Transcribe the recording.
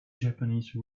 japanese